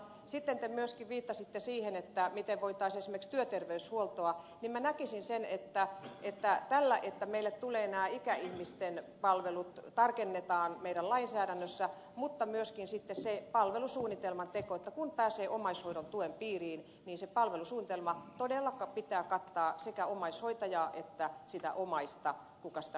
sitten te myöskin viittasitte siihen miten voitaisiin esimerkiksi työterveyshuoltoa kehittää ja minä näkisin niin että sen myötä että meille tulevat nämä ikäihmisten palvelut tarkennetaan meidän lainsäädäntöämme mutta myöskin sitten sen palvelusuunnitelman teolla niin että kun pääsee omaishoidon tuen piiriin niin sen palvelusuunnitelman todella pitää kattaa sekä omaishoitaja että se omainen joka sitä hoitoa saa